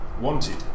wanted